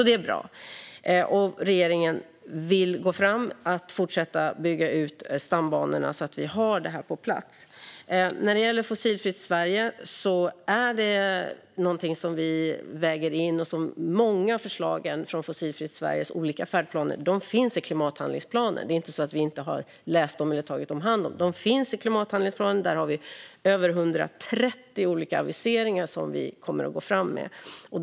Det är bra, och regeringen vill också fortsätta att bygga ut stambanorna så att vi har detta på plats. När det gäller Fossilfritt Sverige är det någonting som vi väger in. Många av förslagen från Fossilfritt Sveriges olika färdplaner finns i klimathandlingsplanen. Det är inte så att vi inte har läst dem eller tagit hand om dem; de finns i klimathandlingsplanen. Där har vi över 130 olika aviseringar som vi kommer att gå fram med.